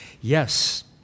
yes